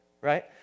Right